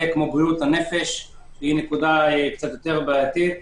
כמו בריאות הנפש נקודה יותר בעייתית.